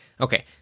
okay